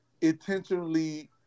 intentionally